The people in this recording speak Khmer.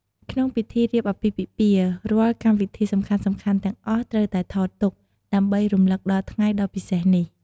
ក្នុងពិធីរៀបអាពាហ៍ពិពាហ៍ រាល់កម្មវិធីសំខាន់ៗទាំងអស់ត្រូវតែថតទុក ដើម្បីរំលឹកដល់ថ្ងៃដ៏ពិសេសនេះ។